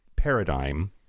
paradigm